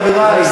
חברי,